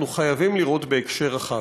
לראות בהקשר רחב.